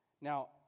Now